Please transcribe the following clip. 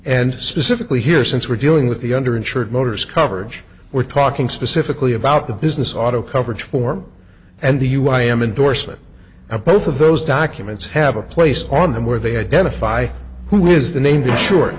and specifically here since we're dealing with the under insured motors coverage we're talking specifically about the business auto coverage form and the you i am indorsement of both of those documents have a place on them where they identify who is the name t